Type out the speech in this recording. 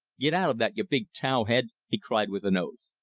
get out of that, you big tow-head! he cried with an oath.